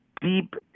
deep